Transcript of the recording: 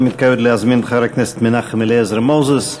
אני מתכבד להזמין את חבר הכנסת מנחם אליעזר מוזס.